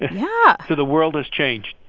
yeah so the world has changed